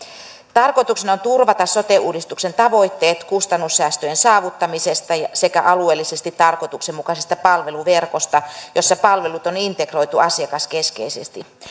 tarkoituksena on turvata sote uudistuksen tavoitteet kustannussäästöjen saavuttamisesta sekä alueellisesti tarkoituksenmukaisesta palveluverkosta jossa palvelut on integroitu asiakaskeskeisesti